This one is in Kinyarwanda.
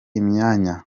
imyanya